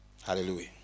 Hallelujah